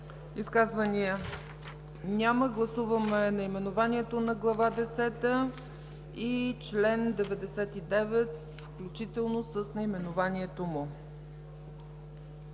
Изказвания? Няма. Гласуваме наименованието на Глава десета и чл. 99 включително, с наименованието му.